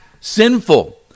sinful